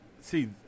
See